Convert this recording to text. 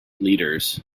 leaders